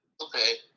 Okay